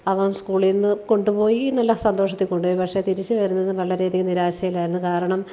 അവൻ സ്കൂളിൽനിന്ന് കൊണ്ടുപോയി എന്നുള്ള സന്തോഷത്തിൽ കൊണ്ടുപോയി പക്ഷെ തിരിച്ചു വരുന്നത് വളരെയധികം നിരാശയിലായിരുന്നു കാരണം